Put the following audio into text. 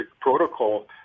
protocol